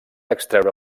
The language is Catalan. extreure